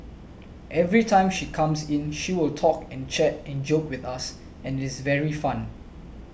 every time she comes in she will talk and chat and joke with us and it is very fun